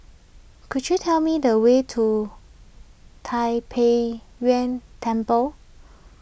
could you tell me the way to Tai Pei Yuen Temple